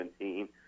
2017